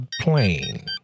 plain